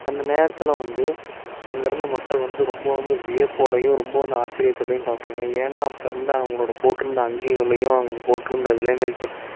அந்த நேரத்தில் வந்து அங்கேருந்த மக்கள் வந்து ரொம்ப வந்து வியப்போடயும் ரொம்ப வந்து ஆச்சரியத்தோடையும் பார்ப்பாங்க ஏன்னா அப்போ இருந்த அவங்களோட போட்டுருந்த அங்கிகளையும் அவங்க போட்டுருந்த விலைமதிக்க